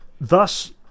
Thus